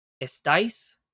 estáis